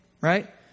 right